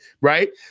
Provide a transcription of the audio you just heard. right